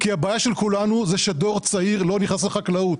הבעיה של כולנו היא שדור צעיר לא נכנס לחקלאות.